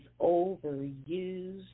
overused